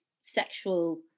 sexual